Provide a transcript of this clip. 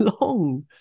long